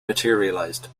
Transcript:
materialized